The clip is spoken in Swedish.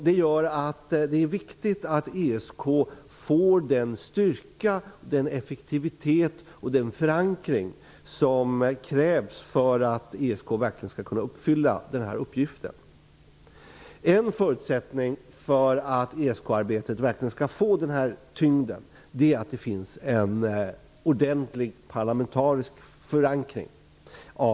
Det gör att det är viktigt att ESK får den styrka, effektivitet och förankring som krävs för att ESK verkligen skall kunna fullgöra den här uppgiften. En förutsättning för att ESK-arbetet skall få en sådan tyngd är att det är ordentligt parlamentariskt förankrat.